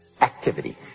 Activity